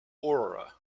aura